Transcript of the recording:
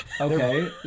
Okay